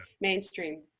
mainstream